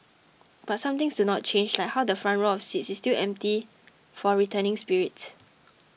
but some things do not change like how the front row of seats is still empty for returning spirits